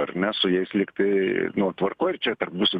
ar ne su jais lyg tai nu tvarkoj ir čia tarp visų